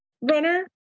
runner